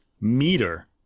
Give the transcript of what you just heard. meter